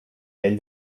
vell